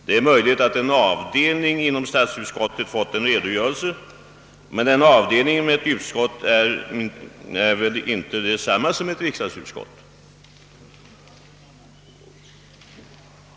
Det är möjligt att en avdelning inom statsutskottet har fått en redogörelse, men en avdelning inom ett utskott är inte detsamma som ett riksdagsutskott.